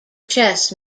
chess